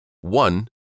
One